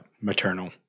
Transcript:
Maternal